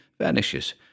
vanishes